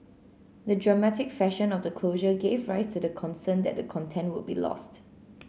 the dramatic fashion of the closure gave rise to the concern that the content would be lost